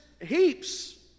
heaps